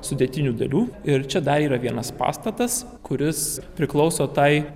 sudėtinių dalių ir čia dar yra vienas pastatas kuris priklauso tai